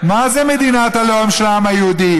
מה זה "מדינת הלאום של העם היהודי"?